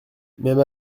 même